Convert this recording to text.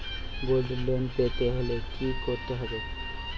Gold loan পেতে হলে কি করতে হবে?